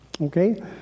okay